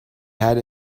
had